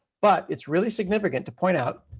but it's really significant to point out,